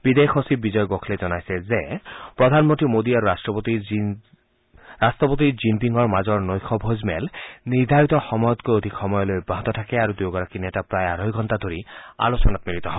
বিদেশ সচিব বিজয় গোখলেই জনাইছে যে প্ৰধানমন্ত্ৰী মোদী আৰু ৰাট্টপতি জিনপিঙৰ মাজৰ নৈশ ভোজমেল নিৰ্ধাৰিত সময়তকৈ অধিক সময়লৈ অব্যাহত থাকে আৰু দুয়োগৰাকী নেতা প্ৰায় আঢ়ৈ ঘণ্টা ধৰি আলোচনাত মিলিত হয়